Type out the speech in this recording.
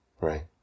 right